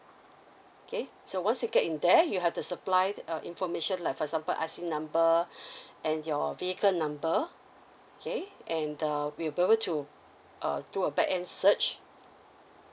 okay so once you get in there you have to supply err information like for example I_C number and your vehicle number okay and err you'll be able to err do a back end search